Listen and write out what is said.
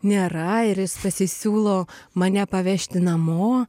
nėra ir jis pasisiūlo mane pavežti namo